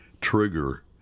trigger